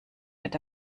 wird